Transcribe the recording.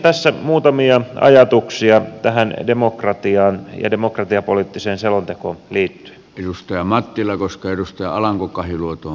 tässä muutamia ajatuksia tähän demokratiaan ja demokratiapoliittiseen selontekoon liittyen edustaja matti levoska edusti alanko kahiluoto